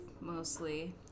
mostly